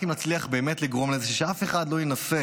רק אם נצליח באמת לגרום לזה שאף אחד לא ינסה